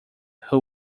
who